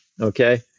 okay